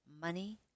Money